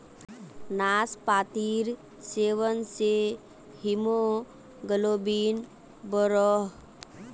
नास्पातिर सेवन से हीमोग्लोबिन बढ़ोह